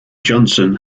johnson